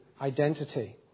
identity